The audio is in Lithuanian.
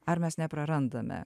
ar mes neprarandame